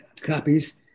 copies